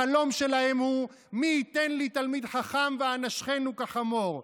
החלום שלהם הוא "מי יתן לי תלמיד חכם ואנשכנו כחמור".